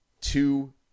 two